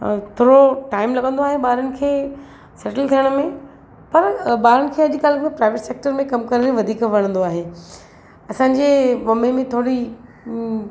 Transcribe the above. थोरो टाइम लॻंदो आहे ॿारनि खे सेटल थिअण में पर ॿारनि खे अॼुकल्ह में प्राइवेट सेक्टर में कमु करण वधीक वणंदो आहे असांजी मम्मी बि थोरी